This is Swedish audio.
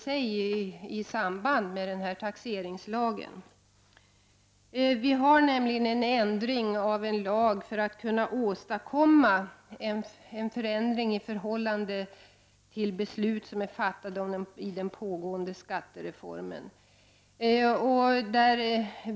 Vi föreslår nämligen en ändring för att kunna åstadkomma en förändring i förhållande till beslut som är fattade när det gäller den aktuella skattereformen.